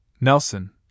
Nelson